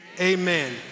Amen